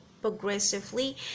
progressively